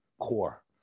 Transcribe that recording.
core